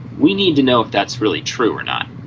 we need to know if that's really true or not.